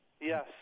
Yes